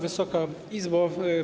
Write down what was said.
Wysoka Izbo!